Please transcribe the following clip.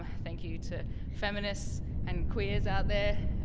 thank you to feminists and queers out there.